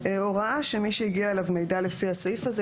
הוראה שמי שהגיע אליו מידע לפי הסעיף הזה,